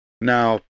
Now